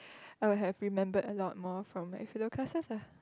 I would have remembered a lot more from my philo classes ah